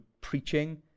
preaching